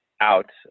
out